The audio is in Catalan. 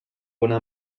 una